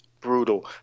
brutal